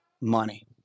money